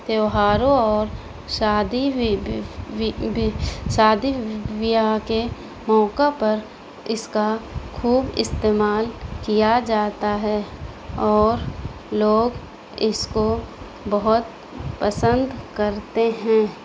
تہواروں اور شادی شادی بیاہ کے موقع پر اس کا خوب استعمال کیا جاتا ہے اور لوگ اس کو بہت پسند کرتے ہیں